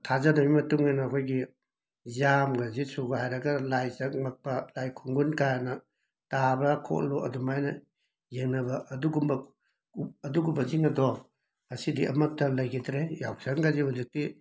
ꯊꯥꯖꯅꯕꯒꯤ ꯃꯇꯨꯡ ꯏꯟꯅ ꯑꯩꯈꯣꯏꯒꯤ ꯌꯥꯝꯒꯁꯦ ꯁꯨꯒꯥꯏꯔꯒ ꯂꯥꯏ ꯆꯪꯉꯛꯄ ꯂꯥꯏ ꯈꯨꯡꯒꯨꯟ ꯀꯥꯏꯅ ꯇꯥꯕ꯭ꯔꯥ ꯈꯣꯠꯂꯨ ꯑꯗꯨꯃꯥꯏꯅ ꯌꯦꯡꯅꯕ ꯑꯗꯨꯒꯨꯝꯕ ꯑꯗꯨꯒꯨꯝꯕꯁꯤꯡ ꯑꯗꯨ ꯉꯁꯤꯗꯤ ꯑꯃꯠꯇ ꯂꯩꯈꯤꯗ꯭ꯔꯦ ꯌꯥꯎꯁꯪꯒꯁꯦ ꯍꯧꯖꯤꯛꯇꯤ